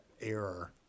error